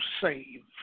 save